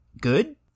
good